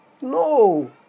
No